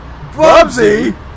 Bubsy